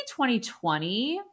2020